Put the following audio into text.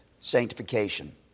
sanctification